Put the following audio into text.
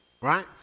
Right